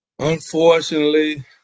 Unfortunately